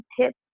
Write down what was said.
tips